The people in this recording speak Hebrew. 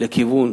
לכיוון